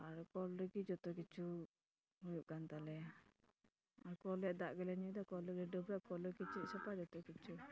ᱟᱨ ᱠᱚᱞ ᱨᱮᱜᱮ ᱡᱚᱛᱚ ᱠᱤᱪᱷᱩ ᱦᱩᱭᱩᱜ ᱠᱟᱱ ᱛᱟᱞᱮᱭᱟ ᱟᱨ ᱠᱚᱞ ᱨᱮᱭᱟᱜ ᱫᱟᱜ ᱜᱮᱞᱮ ᱧᱩᱭᱫᱟ ᱠᱚᱞ ᱨᱮᱜᱮ ᱰᱟᱹᱵᱽᱨᱟᱹ ᱠᱚᱞ ᱨᱮ ᱠᱤᱪᱨᱤᱡ ᱥᱟᱯᱷᱟ ᱡᱚᱛᱚ ᱠᱤᱪᱷᱩ